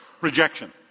rejection